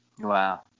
Wow